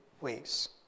ways